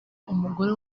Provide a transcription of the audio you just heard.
umugore